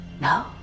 No